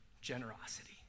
generosity